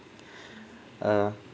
uh